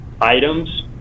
items